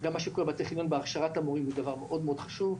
גם מה שקורה בטכניון בהכשרת המורים הוא דבר מאד מאד חשוב,